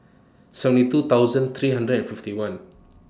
seven two thousand three hundred and fifty one